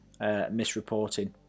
misreporting